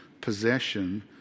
possession